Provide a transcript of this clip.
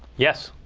yes.